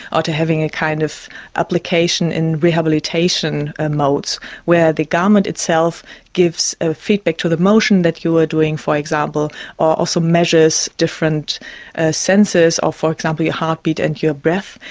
or to having a kind of application in rehabilitation ah modes where the garment itself gives ah feedback to the motion that you are doing, for example, or also measures different ah sensors, for example, your heartbeat and your breath.